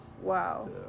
wow